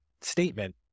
statement